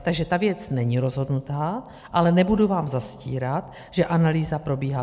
Takže ta věc není rozhodnutá, ale nebudu vám zastírat, že analýza probíhá.